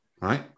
right